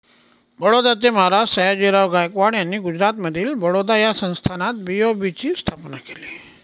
बडोद्याचे महाराज सयाजीराव गायकवाड यांनी गुजरातमधील बडोदा या संस्थानात बी.ओ.बी ची स्थापना केली